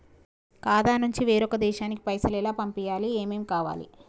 ఖాతా నుంచి వేరొక దేశానికి పైసలు ఎలా పంపియ్యాలి? ఏమేం కావాలి?